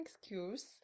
excuse